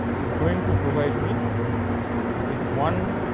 is going to provide me with one